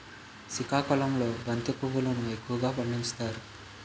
సికాకుళంలో బంతి పువ్వులును ఎక్కువగా పండించుతారు